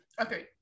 Okay